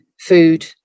food